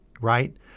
right